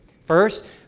First